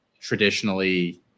traditionally